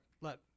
let